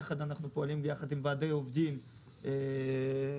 אנחנו פועלים יחד עם ועדי עובדים כדי